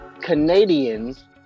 Canadians